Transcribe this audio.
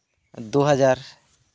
ᱫᱩ ᱦᱟᱡᱟᱨ